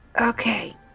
Okay